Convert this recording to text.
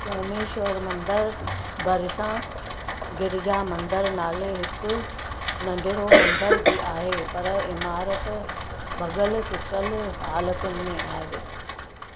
सोमेश्वरु मंदरु भरिसां गिरिजा मंदर नाले हिकु नंढिड़ो मंदरु बि आहे पर इमारत भगल टुटल हालतुनि में आहे